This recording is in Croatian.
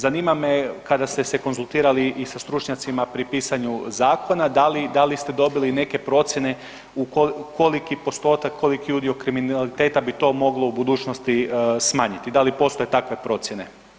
Zanima me, kada ste se konzultirali i sa stručnjacima pri pisanju zakona, da li ste dobili neke procjene, koliki postotak i koliki udio kriminaliteta bi to moglo u budućnosti smanjiti, da li postoje takve procjene?